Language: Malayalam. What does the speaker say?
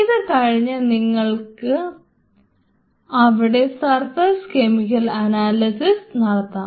ഇത് കഴിഞ്ഞ് നിങ്ങൾക്ക് അവിടെ സർഫസ് കെമിക്കൽ അനാലിസിസ് നടത്താം